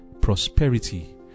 prosperity